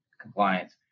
compliance